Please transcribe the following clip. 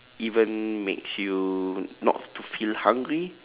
even makes you not to feel hungry